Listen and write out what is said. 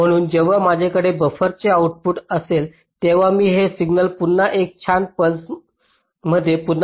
म्हणून जेव्हा माझ्याकडे बफरचे आउटपुट असेल तेव्हा मी हे सिग्नल पुन्हा एक छान पूल्स मध्ये पुन्हा प्रोपागंट करेन